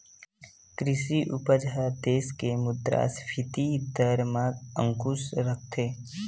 कृषि उपज ह देस के मुद्रास्फीति दर म अंकुस रखथे